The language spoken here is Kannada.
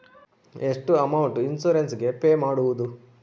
ಎಷ್ಟು ಅಮೌಂಟ್ ಇನ್ಸೂರೆನ್ಸ್ ಗೇ ಪೇ ಮಾಡುವುದು?